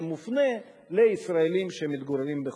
זה מופנה לישראלים שמתגוררים בחוץ-לארץ.